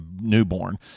newborn